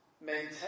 maintain